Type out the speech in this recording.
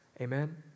Amen